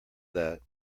that